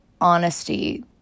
honesty